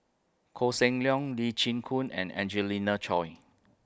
Koh Seng Leong Lee Chin Koon and Angelina Choy